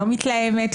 לא מתלהמת,